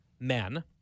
men